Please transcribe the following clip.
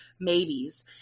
maybes